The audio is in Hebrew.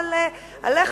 אבל עליך,